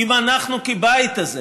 אם אנחנו בבית הזה,